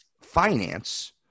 finance